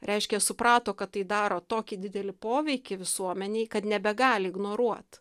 reiškia suprato kad tai daro tokį didelį poveikį visuomenei kad nebegali ignoruot